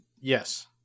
Yes